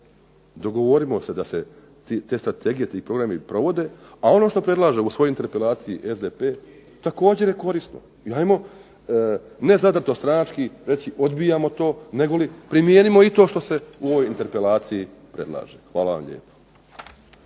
Dogovorimo se da se te strategije, ti programi provode. A ono što predlaže u svojoj interpelaciji SDP također je korisno i ajmo ne sada to stranački reći odbijamo to nego i primijenimo i to što se u ovoj interpelaciji predlaže. Hvala vam lijepo.